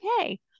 okay